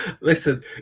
Listen